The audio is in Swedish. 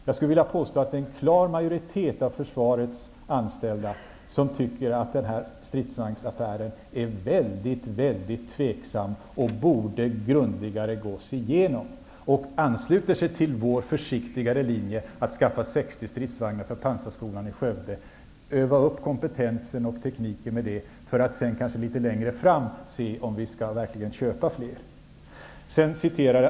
Jag skulle vilja påstå att en klar majoritet av försvarets anställda tycker att den här stridsvagnsaffären är mycket, mycket tvivelaktig och att man grundligare borde gå igenom den. Man ansluter sig till vår försiktigare linje. Man skall skaffa 60 stridsvagnar för pansarskolan i Skövde och öva upp kompetensen och tekniken, för att litet längre fram se om man verkligen skall köpa fler stridsvagnar.